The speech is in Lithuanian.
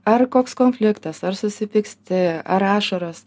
ar koks konfliktas ar susipyksti ar ašaros